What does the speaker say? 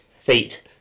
feet